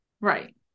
right